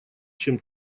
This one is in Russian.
чем